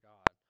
God